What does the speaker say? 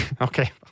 okay